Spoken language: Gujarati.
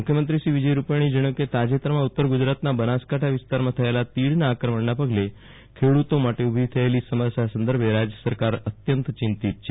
મુ ખ્યમંત્રી શ્રી વિજયભાઇ રૂપાણીએ જણાવ્યું છે કેતાજેતરમાં ઉત્તર ગુજરાતના બનાસકાંઠા વિસ્તારમાં થયેલા તીડના આક્રમણના પગલે ખેડૂતો માટે ઉલી થયેલી સમસ્યા સંદર્ભે રાજ્ય સરકાર અત્યંત ચિંતિત છે